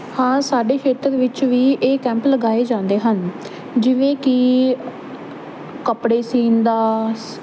ਹਾਂ ਸਾਡੇ ਫਿਊਚਰ ਵਿੱਚ ਵੀ ਇਹ ਕੈਂਪ ਲਗਾਏ ਜਾਂਦੇ ਹਨ ਜਿਵੇਂ ਕਿ ਕੱਪੜੇ ਸੀਨ ਦਾ